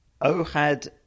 Ohad